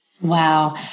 Wow